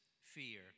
fear